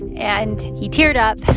and he teared up.